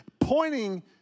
pointing